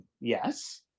Yes